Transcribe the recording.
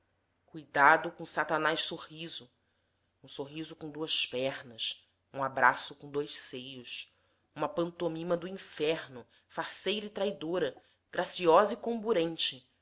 cuidado com satanás sorriso um sorriso com duas pernas um abraço com dois seios uma pantomima do inferno faceira e traidora graciosa e comburente